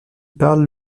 parlent